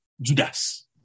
Judas